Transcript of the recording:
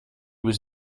was